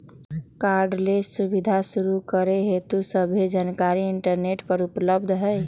cardless सुबीधा शुरू करे हेतु सभ्भे जानकारीया इंटरनेट पर उपलब्ध हई